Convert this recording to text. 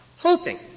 hoping